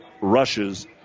rushes